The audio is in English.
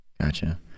Gotcha